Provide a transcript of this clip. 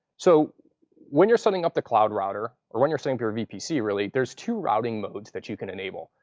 so when you're setting up the cloud router or when you're setting up your vpc, really, there's two routing modes that you can enable.